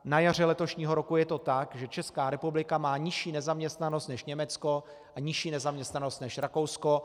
Na jaře letošního roku je to tak, že Česká republika má nižší nezaměstnanost než Německo a nižší nezaměstnanost než Rakousko.